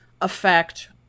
affect